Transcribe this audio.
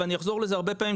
ואני אחזור לזה הרבה פעמים,